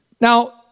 Now